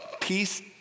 peace